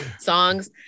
songs